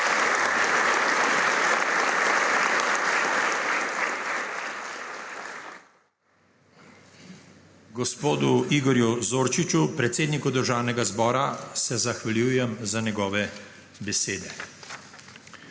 Gospodu Igorju Zorčiču, predsedniku Državnega zbora, se zahvaljujem za njegove besede.